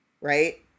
Right